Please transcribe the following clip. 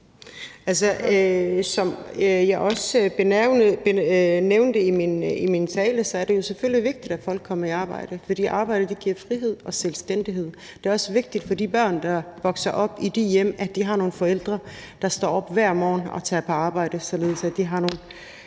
som jeg også nævnte i min tale, er det jo selvfølgelig vigtigt, at folk kommer i arbejde, for arbejde giver frihed og selvstændighed. Det er også vigtigt for de børn, der vokser op i de hjem, at de har nogle forældre, der står op hver morgen og tager på arbejde,